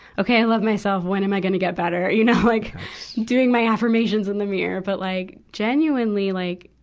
okay, i love myself. when am i gonna get better? you know, like doing my affirmations in the mirror, but like genuinely like,